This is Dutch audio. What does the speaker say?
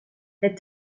het